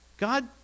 God